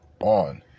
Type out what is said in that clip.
on